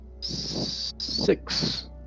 six